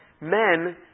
men